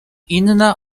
inna